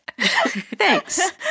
Thanks